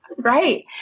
Right